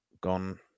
gone